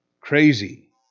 Crazy